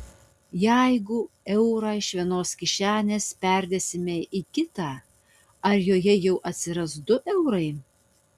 jeigu eurą iš vienos kišenės perdėsime į kitą ar joje jau atsiras du eurai